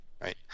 Right